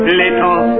little